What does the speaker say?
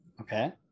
okay